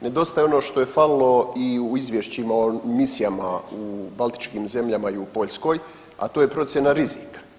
Nedostaje ono što je falilo i u izvješćima o misijama u Baltičkim zemljama i u Poljskoj, a to je procjena rizika.